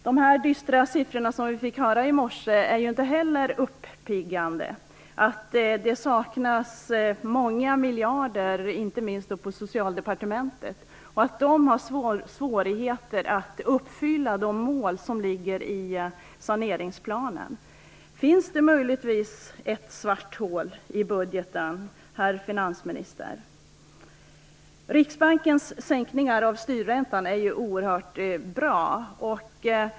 De dystra siffror vi fick höra om i morse är inte heller uppiggande. Det saknas många miljarder, inte minst på Socialdepartementet, och det föreligger svårigheter att uppfylla de mål som finns i saneringsplanen. Finns det möjligtvis ett svart hål i budgeten, herr finansminister? Riksbankens sänkningar av styrräntan är oerhört positiva.